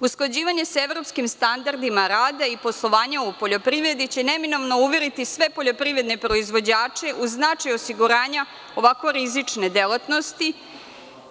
Usklađivanje sa evropskim standardima rada i poslovanja u poljoprivredi će neminovno uveriti sve poljoprivredne proizvođače u značaj osiguranja ovako rizične delatnosti